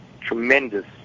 tremendous